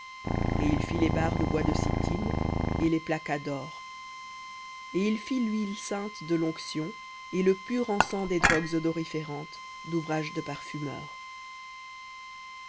et il fit les barres de bois de sittim et les plaqua dor et il fit l'huile sainte de l'onction et le pur encens des drogues odoriférantes d'ouvrage de parfumeur